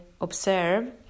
observe